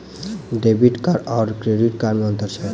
Debit card आओर credit card मे की अन्तर छैक?